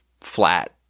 flat